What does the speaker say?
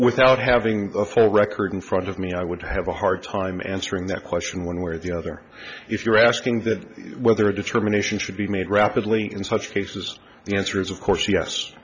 without having a full record in front of me i would have a hard time answering that question one where the other if you're asking that whether a determination should be made rapidly in such cases the answer is of course yes